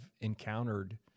encountered